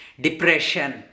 depression